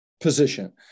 position